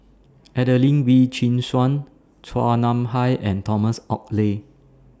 Adelene Wee Chin Suan Chua Nam Hai and Thomas Oxley